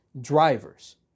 drivers